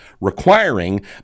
requiring